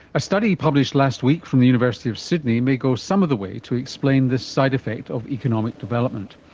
a study published last week from the university of sydney may go some of the way to explain this side effect of economic development.